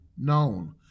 known